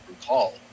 recall